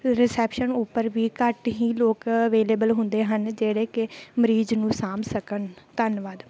reception ਉੱਪਰ ਵੀ ਘੱਟ ਹੀ ਲੋਕ ਅਵੇਲੇਬਲ ਹੁੰਦੇ ਹਨ ਜਿਹੜੇ ਕਿ ਮਰੀਜ਼ ਨੂੰ ਸਾਂਭ ਸਕਣ ਧੰਨਵਾਦ